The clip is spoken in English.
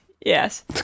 yes